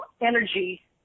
energy